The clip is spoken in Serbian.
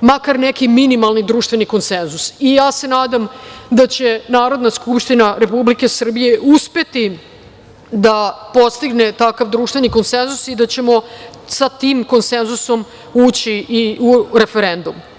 makar neki minimalni društveni konsenzus i ja se nadam da će Narodna Skupština Republike Srbije, uspeti da postigne takav društven konsenzus, i da ćemo sa tim konsenzusom ući i u referendum.